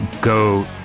go